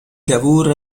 cavour